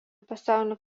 pasaulinį